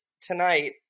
tonight